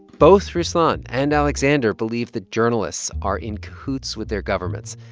both ruslan and alexander believe that journalists are in cahoots with their governments,